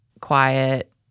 quiet